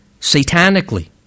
satanically